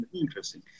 Interesting